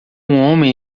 homem